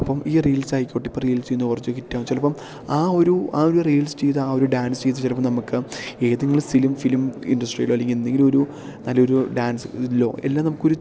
അപ്പോള് ഈ റീൽസായിക്കോട്ടെ ഇപ്പോള് റീൽസെയ്യുന്നു കുറച്ച് ഹിറ്റാവും ചിലപ്പോള് ആ ഒരു ആ ഒരു റീൽസ് ചെയ്ത് ആ ഒരു ഡാൻസ് ചെയ്ത് ചിലപ്പോള് നമുക്ക് ഏതെങ്കിലും സിലിം ഫിലിം ഇൻഡസ്ട്രിയിലോ അല്ലെങ്കില് എന്തെങ്കിലും ഒരു നല്ലൊരു ഡാൻസിലോ എല്ലാം നമുക്കൊരു